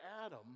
Adam